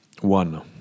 one